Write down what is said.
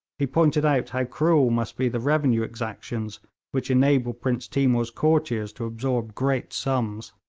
he pointed out how cruel must be the revenue exactions which enabled prince timour's courtiers to absorb great sums.